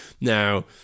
Now